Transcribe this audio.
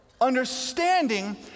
understanding